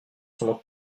sont